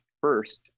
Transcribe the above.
first